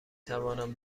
توانم